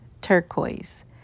turquoise